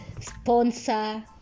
Sponsor